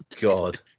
God